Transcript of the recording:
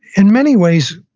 in many ways,